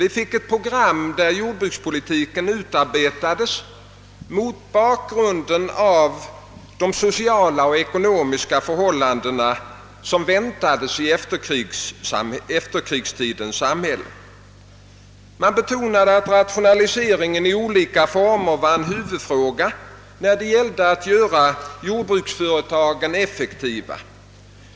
Vi fick ett program, där jordbrukspolitiken utarbetades mot bakgrunden av de sociala och ekonomiska förhållanden som väntades i efterkrigstidens samhälle. Man betonade att rationaliseringen i olika former var en huvudfråga när det gällde att göra jordbruksföretagen effektiva.